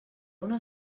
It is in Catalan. una